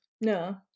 No